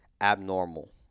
abnormal